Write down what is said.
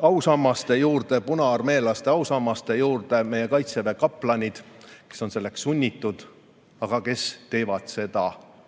ausammaste juurde, punaarmeelaste ausammaste juurde meie Kaitseväe kaplanid, kes on selleks sunnitud, aga kes teevad seda Eesti